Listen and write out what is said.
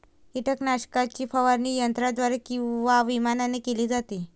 कीटकनाशकाची फवारणी यंत्राद्वारे किंवा विमानाने केली जाते